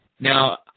Now